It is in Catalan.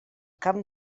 camp